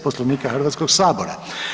Poslovnika Hrvatskog sabora.